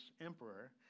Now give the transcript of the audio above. emperor